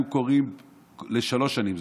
היו קוראים בשלוש שנים,